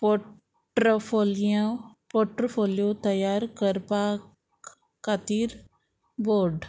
portfolio portfolio तयार करपाक खातीर बोर्ड